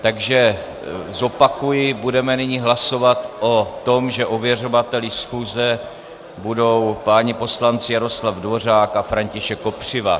Takže zopakuji, budeme nyní hlasovat o tom, že ověřovateli schůze budou páni poslanci Jaroslav Dvořák a František Kopřiva.